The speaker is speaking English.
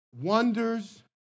Wonders